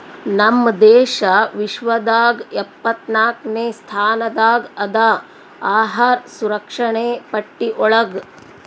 ನಮ್ ದೇಶ ವಿಶ್ವದಾಗ್ ಎಪ್ಪತ್ನಾಕ್ನೆ ಸ್ಥಾನದಾಗ್ ಅದಾ ಅಹಾರ್ ಸುರಕ್ಷಣೆ ಪಟ್ಟಿ ಒಳಗ್